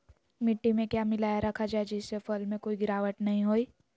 मिट्टी में क्या मिलाया रखा जाए जिससे फसल में कोई गिरावट नहीं होई?